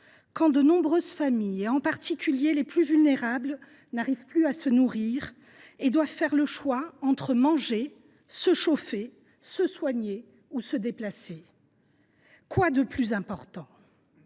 quand de nombreuses familles, en particulier les plus vulnérables, n’arrivent plus à se nourrir et doivent choisir entre manger, se chauffer, se soigner ou se déplacer ? Oui, quoi de plus important ?